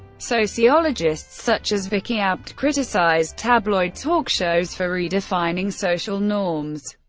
sociologists such as vicki abt criticized tabloid talk shows for redefining social norms.